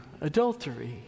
adultery